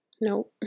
No